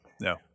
no